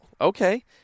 okay